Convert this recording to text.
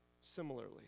similarly